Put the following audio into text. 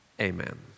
amen